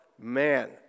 man